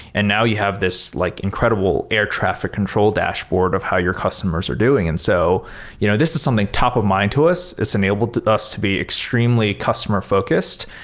and now you have this like incredible air traffic control dashboard of how your customers are doing. and so you know this is something top of mind to us. it's enabled us to be extremely customer-focused,